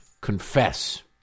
confess